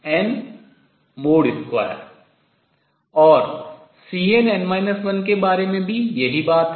2 और Cnn 1 के बारे में भी यही बात है